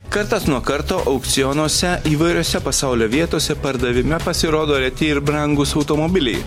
kartas nuo karto aukcionuose įvairiose pasaulio vietose pardavime pasirodo reti ir brangūs automobiliai